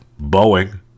Boeing